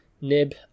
nib